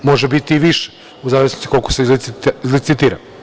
Može biti i više, u zavisnosti koliko se izlicitira.